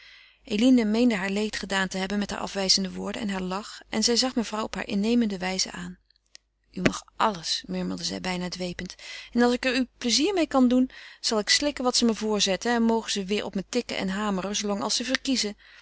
eline meende haar leed gedaan te hebben met heure afwijzende woorden en haar lach en zij zag mevrouw op hare innemende wijze aan u mag alles murmelde zij bijna dwepend en als ik er u plezier meê doen kan zal ik slikken wat ze me voorzetten en mogen ze weêr op me tikken en hameren zoolang als ze verkiezen